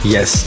Yes